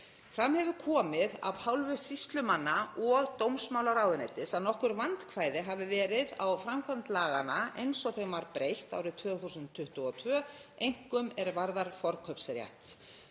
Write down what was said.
Fram hefur komið af hálfu sýslumanna og dómsmálaráðuneytis að nokkur vandkvæði hafa verið á framkvæmd laganna eins og þeim var breytt árið 2022, einkum er varðar forkaupsrétt.